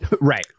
Right